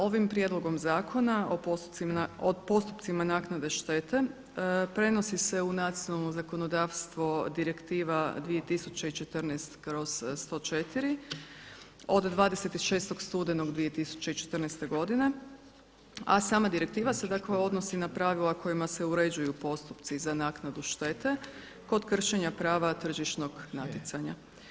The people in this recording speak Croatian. Ovim prijedlogom zakona o postupcima naknade štete prenosi se u nacionalno zakonodavstvo Direktiva 2014/104 od 26. studenog 2014. godine, a sam direktiva se dakle odnosi na pravila kojima se uređuju postupci za naknadu štete kod kršenja prava tržišnog natjecanja.